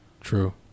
true